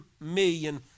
million